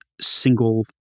single